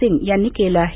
सिंग यांनी केलं आहे